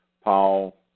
Paul